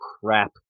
crap